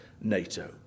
NATO